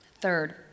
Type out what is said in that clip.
Third